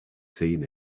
seen